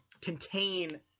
contain –